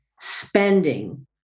spending